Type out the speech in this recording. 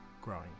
growing